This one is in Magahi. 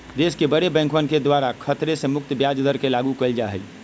देश के बडे बैंकवन के द्वारा खतरे से मुक्त ब्याज दर के लागू कइल जा हई